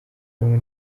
rumwe